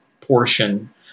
portion